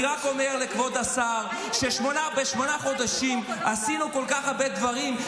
אני רק אומר לכבוד השר שבשמונה חודשים עשינו כל כך הרבה דברים,